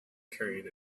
carrying